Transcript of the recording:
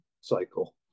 cycle